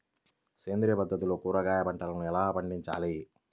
సేంద్రియ పద్ధతుల్లో కూరగాయ పంటలను ఎలా పండించాలి?